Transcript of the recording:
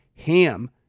Ham